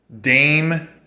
Dame